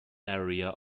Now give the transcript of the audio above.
area